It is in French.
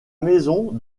maison